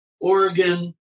Oregon